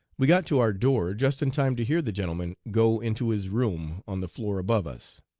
we got to our door just in time to hear the gentleman go into his room on the floor above us.